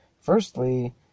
firstly